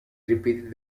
repeated